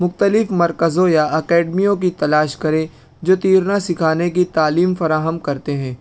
مختلف مرکزوں یا اکیڈمیوں کی تلاش کریں جو تیرنا سکھانے کی تعلیم فراہم کرتے ہیں